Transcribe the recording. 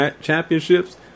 Championships